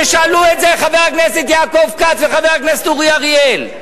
ושאלו את זה חבר הכנסת יעקב כץ וחבר הכנסת אורי אריאל,